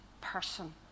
person